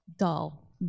Dull